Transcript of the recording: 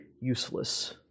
Useless